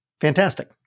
fantastic